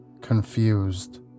confused